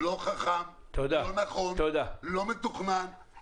זה לא חכם, לא נכון, לא מתוכנן- - תודה.